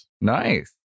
Nice